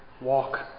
walk